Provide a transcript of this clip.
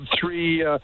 three